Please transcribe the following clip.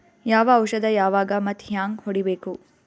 ಯಾವ ಔಷದ ಯಾವಾಗ ಮತ್ ಹ್ಯಾಂಗ್ ಹೊಡಿಬೇಕು?